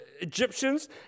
Egyptians